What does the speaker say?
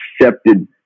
accepted